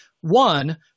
One